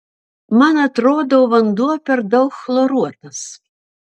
man atrodo vanduo per daug chloruotas